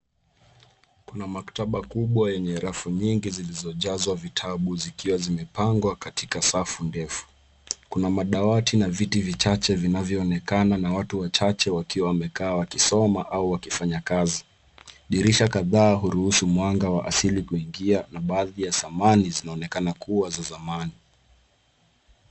Kuna maktaba kubwa yenye rafu nyingi zilizojazwa vitabu zikiwa zimepangwa katika safu ndefu. Kuna madawati na viti vichache vinavyoonekana na watu wachache wakiwa wamekaa wakisoma au wakifanya kazi. Dirisha kadhaa huruhusu mwanga wa asili kuingia na baadhi ya samani zinaonekana kuwa za zamani